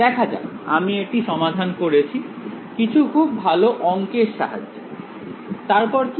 দেখা যাক আমি এটি সমাধান করেছি কিছু খুব ভালো অংকের সাহায্যে তারপর কি